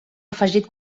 afegit